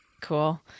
Cool